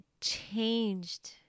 changed